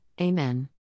Amen